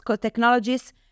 technologies